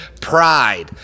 Pride